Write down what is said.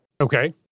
Okay